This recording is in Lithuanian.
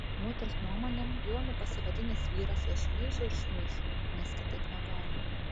moters nuomone jonu pasivadinęs vyras ją šmeižė ir šmeiš nes kitaip negali